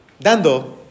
Dando